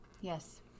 Yes